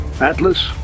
Atlas